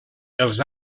els